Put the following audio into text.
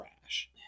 trash